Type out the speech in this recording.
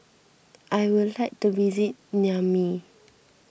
I would like to visit Niamey